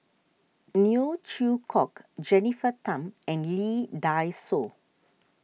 Neo Chwee Kok Jennifer Tham and Lee Dai Soh